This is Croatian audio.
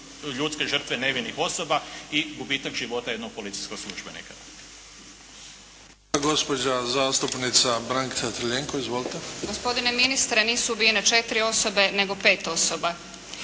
ljudske žrtve nevinih osoba i gubitak života jednog policijskog službenika.